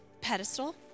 pedestal